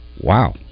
Wow